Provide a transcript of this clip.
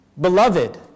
Beloved